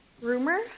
Rumor